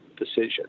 Decision